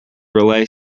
relay